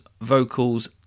vocals